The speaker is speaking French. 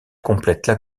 complètent